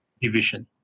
division